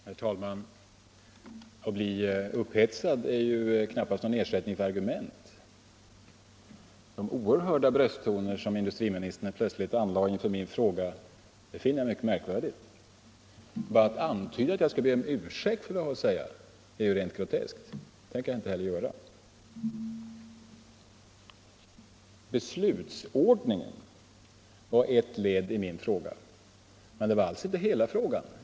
Herr talman! Att bli upphetsad är knappast någon ersättning för argument. De oerhörda brösttoner som industriministern plötsligt tog till inför min fråga finner jag mycket märkvärdiga. Bara att antyda att jag borde be om ursäkt är rent groteskt. Det tänker jag inte heller göra. Beslutsordningen var ett led i min fråga, men det var alls inte hela frågan.